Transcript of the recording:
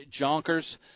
Jonkers